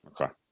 Okay